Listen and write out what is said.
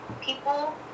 People